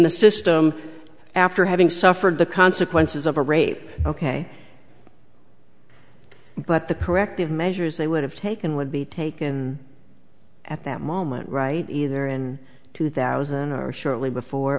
the system after having suffered the consequences of a rape ok but the corrective measures they would have taken would be taken at that moment right either in two thousand are shortly before